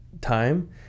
time